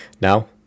Now